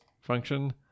function